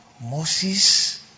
Moses